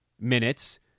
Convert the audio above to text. minutes